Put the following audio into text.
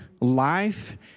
life